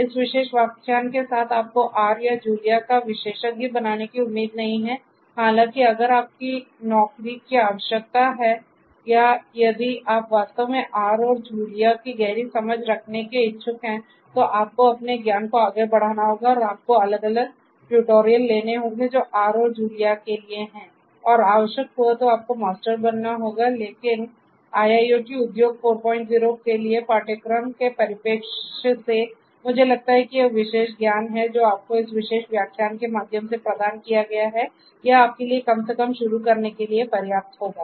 इस विशेष व्याख्यान के साथ आपको R या जूलिया का विशेषज्ञ बनाने की उम्मीद नहीं है हालाँकि अगर आपकी नौकरी की आवश्यकता है या यदि आप वास्तव में R और जूलिया की गहरी समझ रखने के इच्छुक हैं तो आपको अपने ज्ञान को आगे बढ़ाना होगा और आपको अलग अलग ट्यूटोरियल लेने होंगे जो R और जूलिया के लिए हैं और आवश्यक हुआ तो आपको मास्टर बनना होगा लेकिन IIoT उद्योग 40 के लिए पाठ्यक्रम के परिप्रेक्ष्य से मुझे लगता है कि यह विशेष ज्ञान है जो आपको इस विशेष व्याख्यान के माध्यम से प्रदान किया गया है यह आपके लिए कम से कम शुरू करने के लिए पर्याप्त होगा